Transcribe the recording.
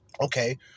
Okay